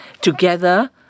together